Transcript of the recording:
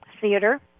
theater